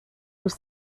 was